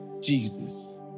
Jesus